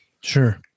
Sure